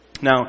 Now